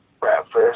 breakfast